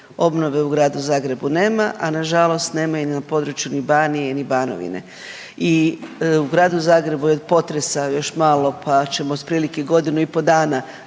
Obnove u Gradu Zagrebu nema, a nažalost nema i na području ni Banije ni Banovine. I u Gradu Zagrebu je od potresa još malo pa ćemo otprilike godinu i pol dana